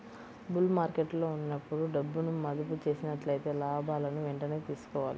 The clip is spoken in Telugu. బుల్ మార్కెట్టులో ఉన్నప్పుడు డబ్బును మదుపు చేసినట్లయితే లాభాలను వెంటనే తీసుకోవాలి